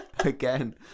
Again